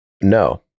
no